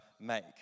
make